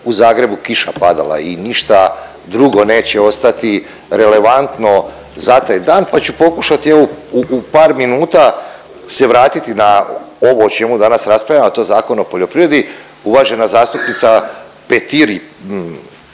u Zagrebu kiša padala i ništa drugo neće ostati relevantno za taj dan pa ću pokušati, evo u par minuta se vratiti na ovo o čemu raspravljamo, a to je Zakon o poljoprivredi, uvažena zastupnica Petir